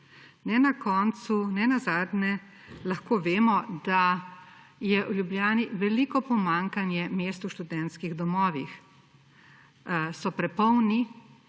Ljubljani. Nenazadnje lahko vemo, da je v Ljubljani veliko pomanjkanje mest v študentskih domovih. So prepolni